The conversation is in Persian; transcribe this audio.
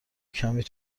کمی